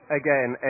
again